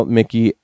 Mickey